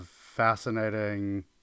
fascinating